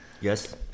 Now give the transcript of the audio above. Yes